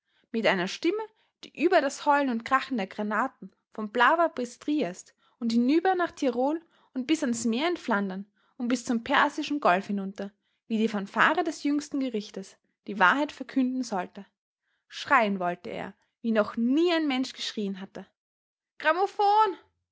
mit einer stimme die über das heulen und krachen der granaten von plava bis triest und hinüber nach tirol und bis ans meer in flandern und bis zum persischen golf hinunter wie die fanfare des jüngsten gerichtes die wahrheit verkünden sollte schreien wollte er wie noch nie ein mensch geschrien hatte grammophon